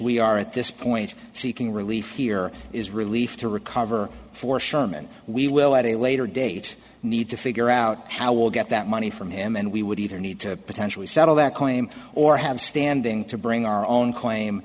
we are at this point seeking relief here is relief to recover for sherman we will at a later date need to figure out how we'll get that money from him and we would either need to potentially settle that claim or have standing to bring our own claim